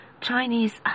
Chinese